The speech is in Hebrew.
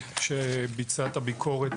שביצע את הביקורת,